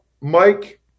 Mike